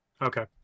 Okay